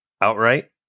outright